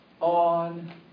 on